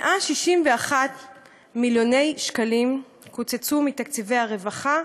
161 מיליון שקלים קוצצו מתקציבי הרווחה,